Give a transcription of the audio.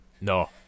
No